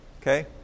okay